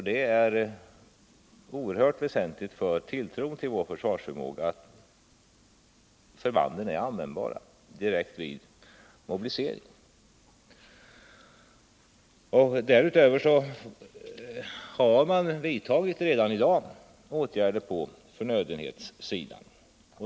Det är oerhört väsentligt för tilltron till vår försvarsförmåga att förbanden är användbara direkt vid mobiliseringen. Därutöver har redan i dag åtgärder vidtagits på förnödenhetssidan.